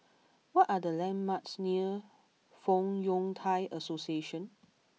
what are the landmarks near Fong Yun Thai Association